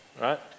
Right